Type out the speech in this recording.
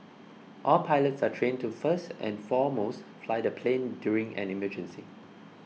all pilots are trained to first and foremost fly the plane during an emergency